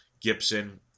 Gibson